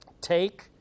take